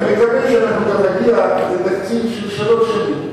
אני מקווה שאנחנו גם נגיע לתקציב של שלוש שנים,